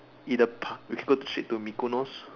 either Park we can go straight to mikonos